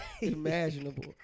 imaginable